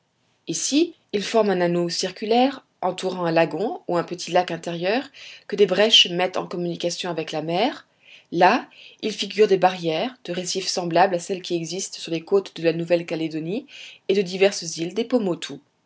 ici ils forment un anneau circulaire entourant un lagon ou un petit lac intérieur que des brèches mettent en communication avec la mer là ils figurent des barrières de récifs semblables à celles qui existent sur les côtes de la nouvelle calédonie et de diverses îles des